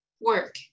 work